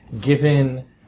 given